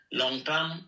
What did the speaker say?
long-term